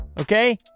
okay